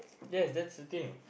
yes that's the thing